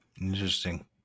interesting